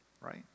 right